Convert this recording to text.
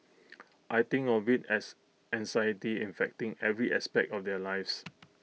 I think of IT as anxiety infecting every aspect of their lives